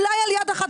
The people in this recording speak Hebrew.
אולי על יד אחת.